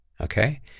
Okay